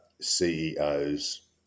CEOs